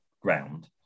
ground